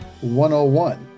101